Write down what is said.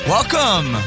Welcome